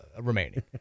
remaining